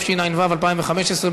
התשע"ו 2015,